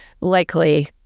likely